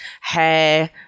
hair